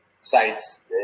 sites